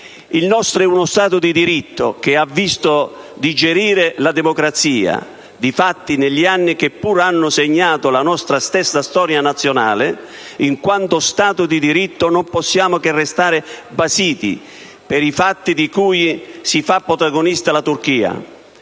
il nostro è uno Stato di diritto che ha visto digerire la democrazia di fatto negli anni che pur hanno segnato la nostra stessa storia nazionale. In quanto Stato di diritto, non possiamo che restare basiti per i fatti di cui si fa protagonista la Turchia.